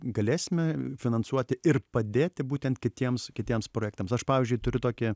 galėsime finansuoti ir padėti būtent kitiems kitiems projektams aš pavyzdžiui turiu tokį